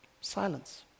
Silence